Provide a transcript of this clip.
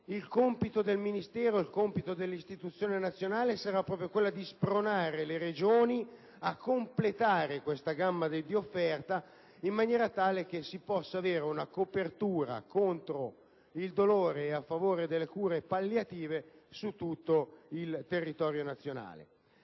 il compito del Ministero e dell'istituzione nazionale sarà proprio quello di spronare le Regioni a completare la gamma di offerta in maniera tale che si possa avere una copertura contro il dolore e a favore delle cure palliative su tutto il territorio nazionale.